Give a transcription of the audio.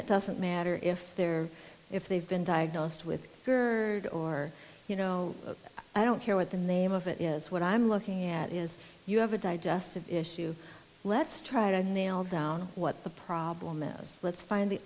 it doesn't matter if they're if they've been diagnosed with gerd or you know i don't care what the name of it is what i'm looking at is you have a digestive issue let's try to nail down what the problem is let's find the